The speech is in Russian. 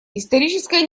историческая